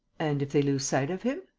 and if they lose sight of him?